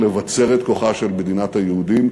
לבצר את כוחה של מדינת היהודים,